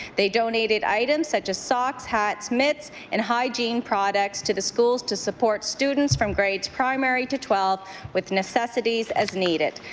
they donated items such as socks, hats, mitts, and hygiene products to the schools to support students from grades primary to twelve with necessities as needed.